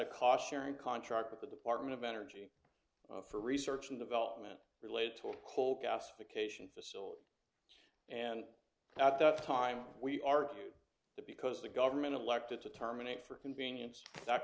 cautionary contract with the department of energy for research and development related to coal gasification facility and at that time we argued that because the government elected to terminate for convenience that